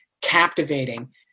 captivating